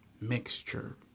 mixture